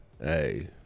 hey